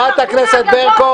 חבר הכנסת זחאלקה.